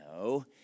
No